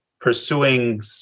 pursuing